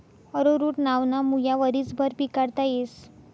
arrowroot नावना मुया वरीसभर पिकाडता येस